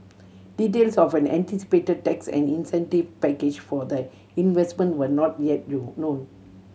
details of an anticipated tax and incentive package for the investment were not yet known